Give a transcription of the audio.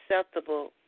acceptable